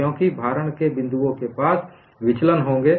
क्योंकि भारण के बिंदुओं के पास विचलन होंगे